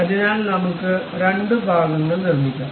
അതിനാൽനമ്മുക്ക് രണ്ട് ഭാഗങ്ങൾ നിർമ്മിക്കാം